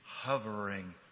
hovering